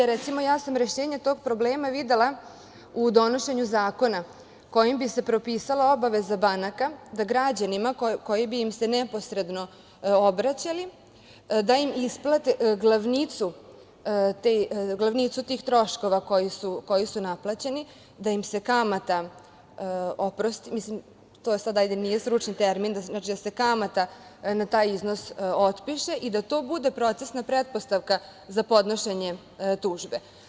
Recimo, ja sam rešenje tog problema videla u donošenju zakona kojim bi se propisale obaveze banaka da građanima koji bi im se neposredno obraćali isplate glavnicu tih troškova koji su naplaćeni, da im se kamata oprosti, to sad nije stručni termin, da se kamata na taj iznos otpiše, i da to bude procesna pretpostavka za podnošenje tužbe.